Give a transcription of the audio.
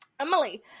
Emily